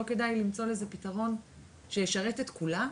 לא כדאי למצוא לזה פתרון שישרת את כולם,